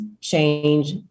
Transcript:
change